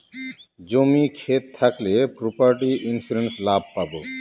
জমি ক্ষেত থাকলে প্রপার্টি ইন্সুরেন্স লাভ পাবো